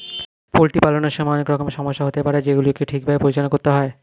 poultry পালনের সময় অনেক রকমের সমস্যা হতে পারে যেগুলিকে ঠিক ভাবে পরিচালনা করতে হয়